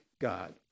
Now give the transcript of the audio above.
God